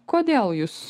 kodėl jus